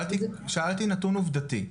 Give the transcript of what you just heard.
שאלתי נתון עובדתי.